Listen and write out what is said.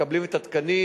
מקבלים את התקנים,